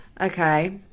Okay